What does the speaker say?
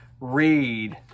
read